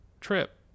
Trip